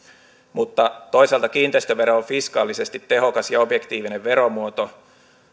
mutta toisaalta kiinteistövero on fiskaalisesti tehokas ja objektiivinen veromuoto